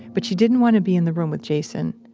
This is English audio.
but she didn't want to be in the room with jason.